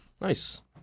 Nice